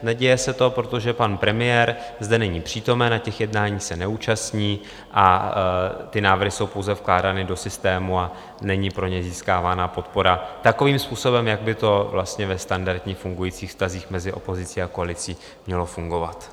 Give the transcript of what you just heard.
Neděje se to proto, že pan premiér zde není přítomen, na jednáních se neúčastní a návrhy jsou pouze vkládány do systému a není pro ně získávána podpora takovým způsobem, jak by to vlastně ve standardních fungujících vztazích mezi opozicí a koalicí mělo fungovat.